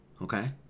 Okay